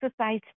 exercise